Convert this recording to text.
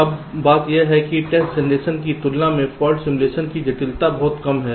अब बात यह है कि टेस्ट जनरेशन की तुलना में फाल्ट सिमुलेशन की जटिलता बहुत कम है